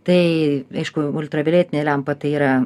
tai aišku ultravioletinė lempa tai yra